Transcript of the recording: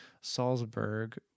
Salzburg